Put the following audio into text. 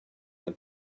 and